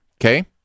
Okay